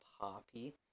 poppy